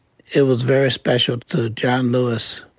it was very special to john lewis.